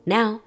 Now